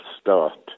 start